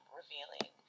revealing